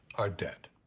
are dead.